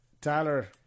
Tyler